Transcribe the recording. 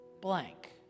blank